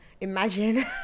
Imagine